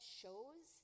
shows